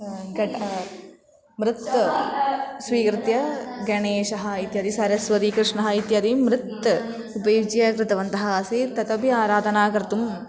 घटः मृत् स्वीकृत्य गणेशः इत्यादि सरस्वती कृष्णः इत्यादि मृत् उपयुज्य कृतवन्तः आसीत् तदपि आराधनं कर्तुम्